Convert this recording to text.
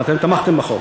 אבל אתם תמכתם בחוק.